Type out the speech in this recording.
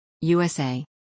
USA